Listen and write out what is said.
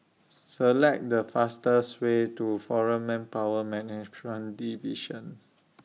Select The fastest Way to Foreign Manpower Management Division